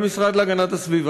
למשרד להגנת הסביבה,